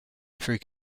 through